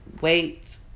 Wait